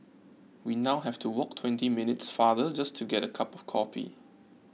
we now have to walk twenty minutes farther just to get a cup of coffee